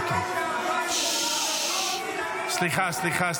סליחה, סליחה,